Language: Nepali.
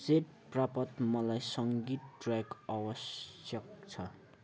सेट प्राप्त मलाई सङ्गीत ट्रयाक आवश्यक छ